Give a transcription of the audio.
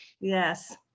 Yes